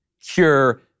cure